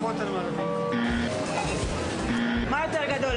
יש לנו כאן לא מעט שאלות שעלו או כל מיני טענות לגבי